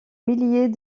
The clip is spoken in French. milliers